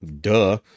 Duh